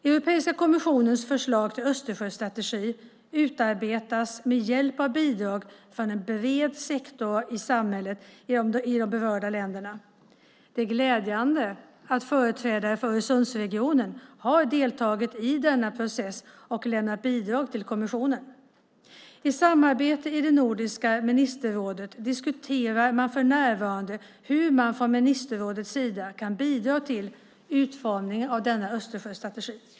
Europeiska kommissionens förslag till Östersjöstrategi utarbetas med hjälp av bidrag från en bred sektor i samhället i de berörda länderna. Det är glädjande att företrädare för Öresundsregionen har deltagit i denna process och lämnat bidrag till kommissionen. I samarbetet i Nordiska ministerrådet diskuterar man för närvarande hur man från ministerrådets sida kan bidra till utformningen av denna Östersjöstrategi.